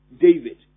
David